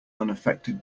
unaffected